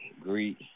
greet